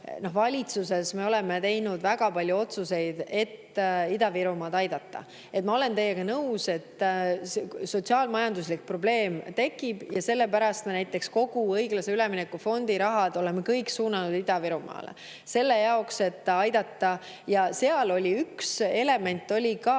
valitsuses teinud väga palju otsuseid, et Ida-Virumaad aidata. Ma olen teiega nõus, et sotsiaal-majanduslik probleem tekib, ja sellepärast me oleme näiteks kogu õiglase ülemineku fondi raha suunanud Ida-Virumaale selle jaoks, et aidata. Seal üks element oli ka